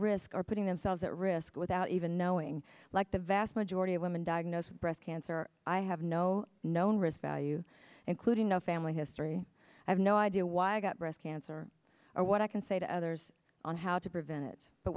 risk or putting themselves at risk without even knowing like the vast majority of women diagnosed with breast cancer i have no known risk you including no family history i have no idea why i got breast cancer or what i can say to others on how to prevent it but